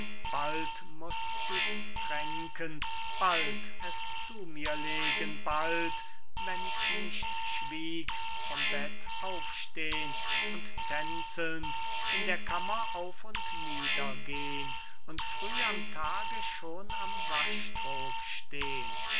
bald mußt ich's tränken bald es zu mir legen bald wenn's nicht schwieg vom bett aufstehn und tänzelnd in der kammer auf und nieder gehn und früh am tage schon am waschtrog stehn